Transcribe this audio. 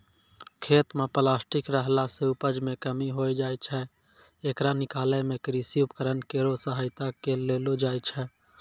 खेत म प्लास्टिक रहला सें उपज मे कमी होय जाय छै, येकरा निकालै मे कृषि उपकरण केरो सहायता लेलो जाय छै